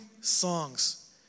songs